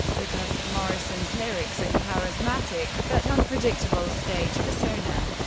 because of morrison's lyrics and charismatic, but unpredictable stage persona.